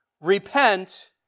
repent